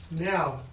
Now